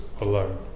alone